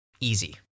easy